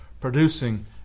producing